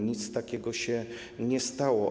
Nic takiego się nie stało.